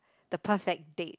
the perfect date